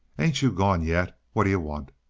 ain't you gone yet? what d'yuh want?